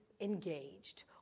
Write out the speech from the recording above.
engaged